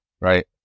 right